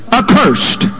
accursed